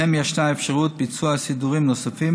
שבהם ישנה אפשרות ביצוע סידורים נוספים,